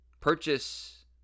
purchase